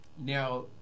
Now